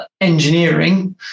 engineering